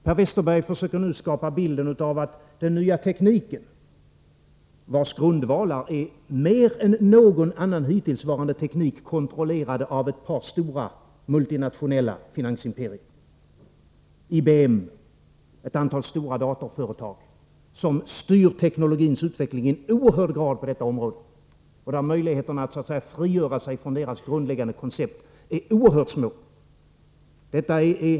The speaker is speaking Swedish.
Per Westerberg försöker nu skapa en positiv bild av den nya tekniken, vars grundvalar mer än någon annan hittillsvarande teknik är kontrollerad av ett par stora multinationella finansimperier — IBM och ett antal stora datorföretag — som i en oerhörd grad styr teknologins utveckling på detta område. Möjligheterna att frigöra sig från deras grundläggande koncept är oerhört små.